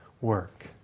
work